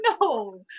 no